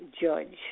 judge